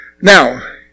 Now